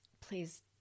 please